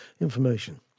information